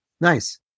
Nice